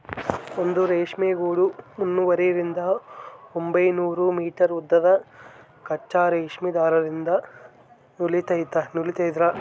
ಒಂದು ರೇಷ್ಮೆ ಗೂಡು ಮುನ್ನೂರರಿಂದ ಒಂಬೈನೂರು ಮೀಟರ್ ಉದ್ದದ ಕಚ್ಚಾ ರೇಷ್ಮೆ ದಾರದಿಂದ ನೂಲಿರ್ತದ